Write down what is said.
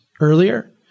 earlier